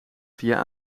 via